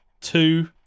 Two